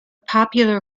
popular